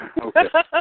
Okay